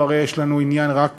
הרי יש לנו עניין רק